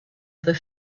other